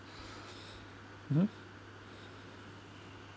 mm